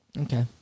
Okay